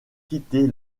quitter